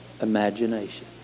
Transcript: imagination